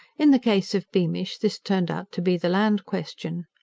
in the case of beamish this turned out to be the land question.